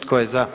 Tko je za?